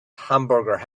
hamburger